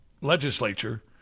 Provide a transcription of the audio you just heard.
legislature